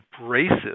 abrasive